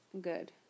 Good